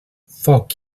foc